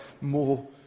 more